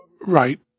Right